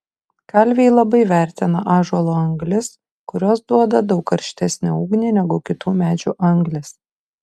kalviai labai vertina ąžuolo anglis kurios duoda daug karštesnę ugnį negu kitų medžių anglys